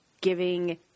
giving